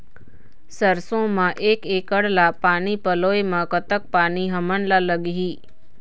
सरसों म एक एकड़ ला पानी पलोए म कतक पानी हमन ला लगही?